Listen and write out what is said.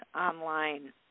online